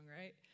right